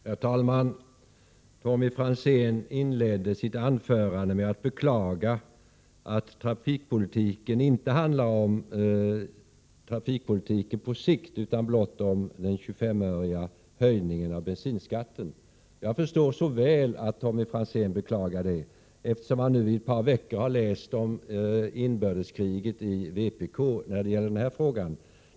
Herr talman! Tommy Franzén inledde sitt anförande med att beklaga att trafikpolitiken inte handlar om trafikpolitik på sikt utan blott om 25 öreshöjningen av bensinskatten. Jag förstår så väl att han beklagar det, eftersom han nu i ett par veckor har läst om inbördeskriget i vpk i den frågan.